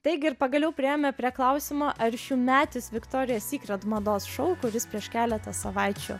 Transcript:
taigi ir pagaliau priėjome prie klausimo ar šiųmetis viktorija sykret mados šou kuris prieš keletą savaičių